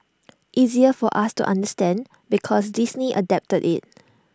easier for us to understand because Disney adapted IT